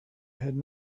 had